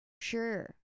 Sure